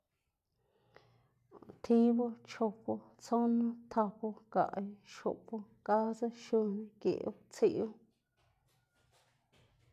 Tibu, chopu, tsonu, tapu, gaꞌyu, xopu, gadzu, xunu, geꞌwu, tsiꞌwu.